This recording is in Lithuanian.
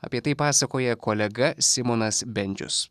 apie tai pasakoja kolega simonas bendžius